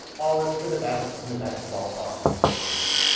all is for the best in the best of all possible worlds.